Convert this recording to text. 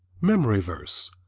memory verse,